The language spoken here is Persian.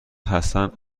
حسن